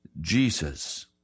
Jesus